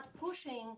pushing